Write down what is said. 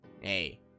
hey